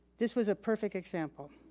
this was a perfect example.